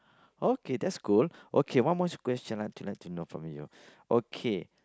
okay that's cool okay one more question I would like to know from you okay